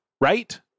right